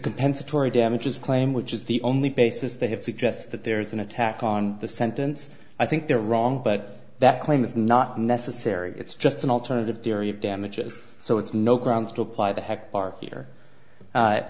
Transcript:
compensatory damages claim which is the only basis they have suggests that there is an attack on the sentence i think they're wrong but that claim is not necessary it's just an alternative theory of damages so it's no grounds to apply the heck are here